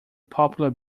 popular